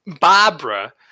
Barbara